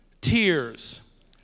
tears